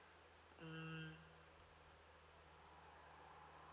mm